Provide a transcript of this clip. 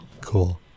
cool